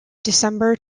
december